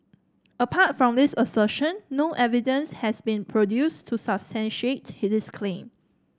apart from this assertion no evidence has been produced to substantiate this claim